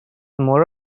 more